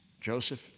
Joseph